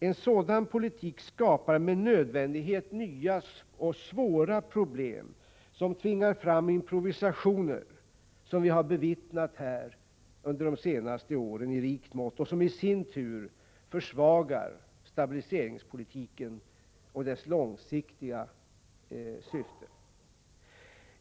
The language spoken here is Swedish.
En sådan politik skapar med nödvändighet nya och svåra problem, som tvingar fram improvisationer som vi har bevittnat här under de senaste åren i rikt mått och som i sin tur försvagar stabiliseringspolitiken och dess långsiktiga syfte.